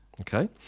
Okay